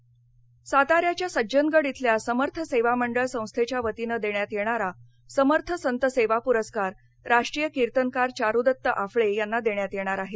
प्रस्कार साताऱ्याच्या सज्जनगड इथल्या समर्थ सेवा मंडळ संस्थेच्या वतीने देण्यात येणारा समर्थ संत सेवा पुरस्कार राष्ट्रीय कीर्तनकार चारुदत्त आफळे यांना देण्यात येणार आहे